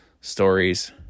Stories